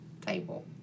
table